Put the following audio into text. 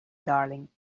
darling